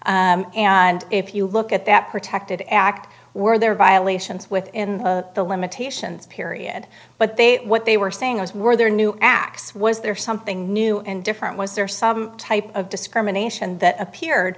time and if you look at that protected act were there violations within the limitations period but they what they were saying as were their new acts was there something new and different was there some type of discrimination that appeared